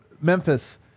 Memphis